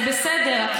זה בסדר.